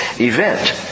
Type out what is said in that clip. event